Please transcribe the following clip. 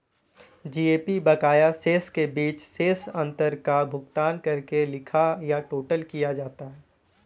GAP बकाया शेष के बीच शेष अंतर का भुगतान करके लिखा या टोटल किया जाता है